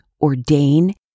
ordain